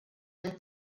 nel